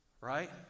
Right